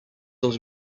dans